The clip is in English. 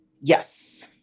Yes